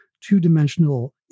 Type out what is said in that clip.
two-dimensional